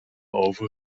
over